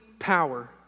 power